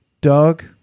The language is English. Doug